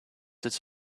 its